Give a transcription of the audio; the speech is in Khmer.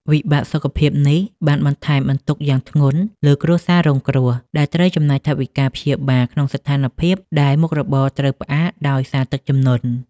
វិបត្តិសុខភាពនេះបានបន្ថែមបន្ទុកយ៉ាងធ្ងន់លើគ្រួសាររងគ្រោះ ដែលត្រូវចំណាយថវិកាព្យាបាលក្នុងស្ថានភាពដែលមុខរបរត្រូវផ្អាកដោយសារទឹកជំនន់។